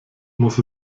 muss